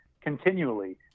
continually